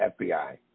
FBI